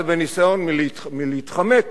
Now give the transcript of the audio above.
זה בניסיון להתחמק